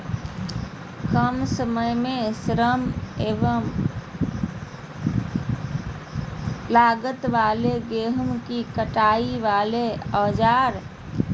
काम समय श्रम एवं लागत वाले गेहूं के कटाई वाले औजार?